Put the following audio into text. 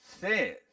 says